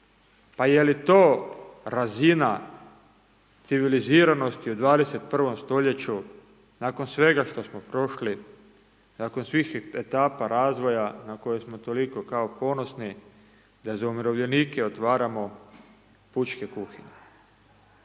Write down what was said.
Pa je li to razina civiliziranosti u 21. stoljeću nakon svega što smo prošli, nakon svih etapa razvoja na koje smo toliko kao ponosni da za umirovljenike otvaramo pučke kuhinja.